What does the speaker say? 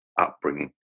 upbringing